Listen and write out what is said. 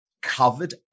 covered